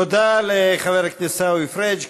תודה לחבר הכנסת עיסאווי פריג'.